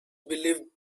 believed